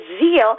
zeal